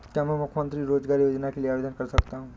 क्या मैं मुख्यमंत्री रोज़गार योजना के लिए आवेदन कर सकता हूँ?